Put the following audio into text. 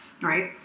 right